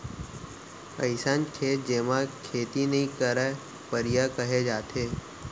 अइसन खेत जेमा खेती नइ करयँ परिया कहे जाथे